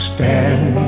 Stand